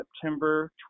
September